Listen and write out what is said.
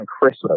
Christmas